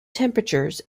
temperatures